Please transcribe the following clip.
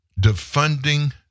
Defunding